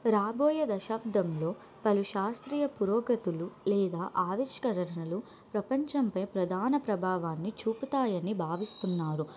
రాబోయే దశాబ్దంలో పలు శాస్త్రీయ పురోగతులు లేదా ఆవిష్కరణలు ప్రపంచంపై ప్రధాన ప్రభావాన్ని చూపుతాయని భావిస్తున్నారు